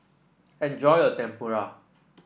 enjoy your Tempura